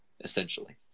essentially